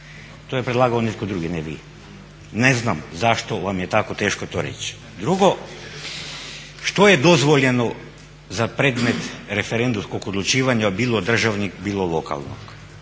to je predlagao netko drugi a ne vi. Ne znam zašto vam je tako teško to reći. Drugo, što je dozvoljeno za predmet referendumskog odlučivanja bilo državnog bilo lokalnog.